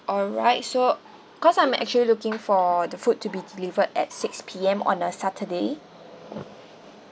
alright so cause I'm actually looking for the food to be delivered at six P_M on a saturday